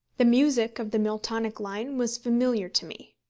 the music of the miltonic line was familiar to me.